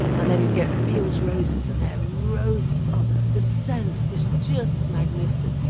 and then you get beales roses and their roses, ah the scent is just magnificent.